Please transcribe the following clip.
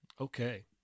Okay